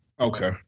Okay